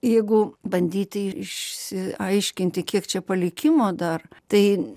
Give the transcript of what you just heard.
jeigu bandyti išsiaiškinti kiek čia palikimo dar tai